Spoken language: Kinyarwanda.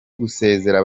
gusezera